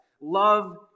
love